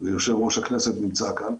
ויושב-ראש הכנסת נמצא כאן.